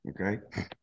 Okay